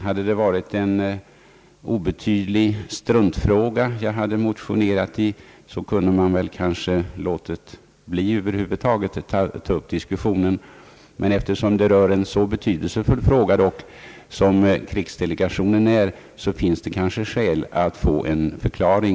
Om det hade varit en obetydlig fråga som jag hade motionerat om, hade jag kanske kunnat avstå från att över huvud taget ta upp en diskussion, men eftersom det ändå rör en så betydelsefull fråga som krigsdelegationen och dess sammansättning finns det måhända skäl att få en förklaring.